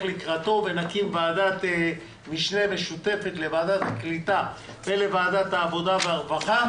לקראתו ונקים ועדת משנה משותפת לוועדת הקליטה ולוועדת העבודה והרווחה.